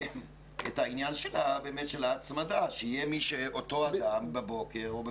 את העניין של ההצמדה שיהיה אותו אדם בבוקר או ב